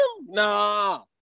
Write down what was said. Nah